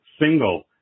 Single